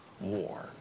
war